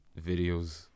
videos